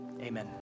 amen